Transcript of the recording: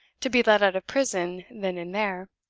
to be let out of prison then and there!